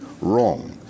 wrong